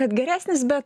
kad geresnis bet